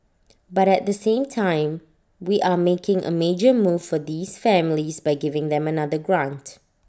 but at the same time we are making A major move for these families by giving them another grant